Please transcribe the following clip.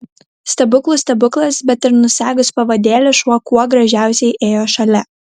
stebuklų stebuklas bet ir nusegus pavadėlį šuo kuo gražiausiai ėjo šalia